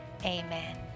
Amen